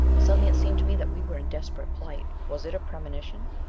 suddenly it seemed to me that we were in desperate plight! was it premonition?